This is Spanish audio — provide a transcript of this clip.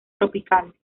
tropicales